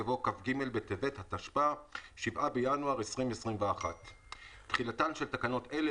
יבוא "כ"ג בטבת התשפ"א (7 בינואר 2021)". תחילתן של תקנות אלה